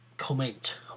Comment